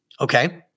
Okay